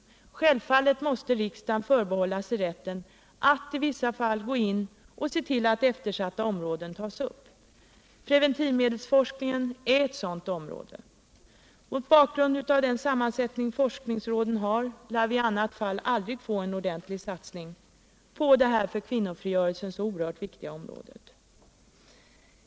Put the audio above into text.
Naturligtvis måste riksdagen förbehålla sig rätten att i vissa fall gå in och se till att eftersatta områden tas upp. Preventivmedelsforskningen är ctt sådant område. Mot bakgrund av den sammansättning forskningsråden har, lär vi i annat fall aldrig få en ordentlig satsning på detta för kvinnofrigörelsen så oerhört viktiga område.